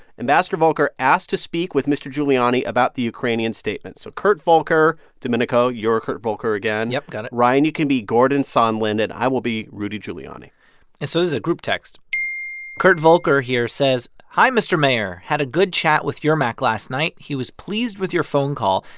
ambassador volker asked to speak with mr. giuliani about the ukrainian statement. so kurt volker domenico, you're kurt volker again yup. got it ryan, you can be gordon sondland. and i will be rudy giuliani and so this is a group text kurt volker here says, hi, mr. mayor. had a good chat with yermak last night. he was pleased with your phone call,